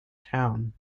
town